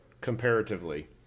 comparatively